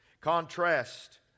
Contrast